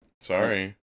Sorry